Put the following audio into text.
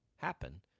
happen